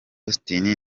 austin